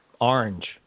orange